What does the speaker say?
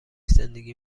زندگی